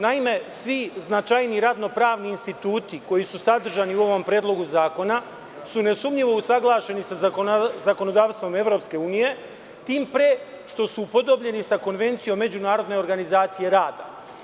Naime, svi značajniji radno-pravni instituti koji su sadržani u ovom predlogu zakona su nesumnjivo usaglašeni sa zakonodavstvom EU, tim pre što su upodobljeni sa Konvencijom Međunarodne organizacije rada.